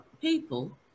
people